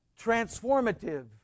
transformative